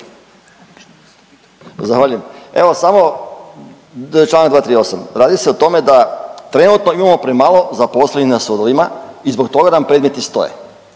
Zahvaljujem. Evo samo, čl. 238., radi se o tome da trenutno imamo premalo zaposlenih na sudovima i zbog toga nam predmeti stoje.